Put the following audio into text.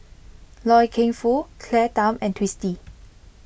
Loy Keng Foo Claire Tham and Twisstii